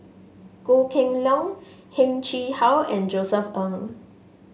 Goh Kheng Long Heng Chee How and Josef Ng